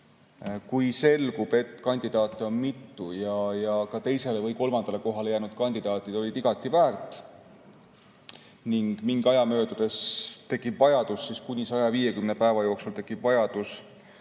kui selgub, et kandidaate on mitu, ja ka teisele või kolmandale kohale jäänud kandidaadid olid igati väärt, ning mingi aja möödudes, kuni 150 päeva jooksul tekib vajadus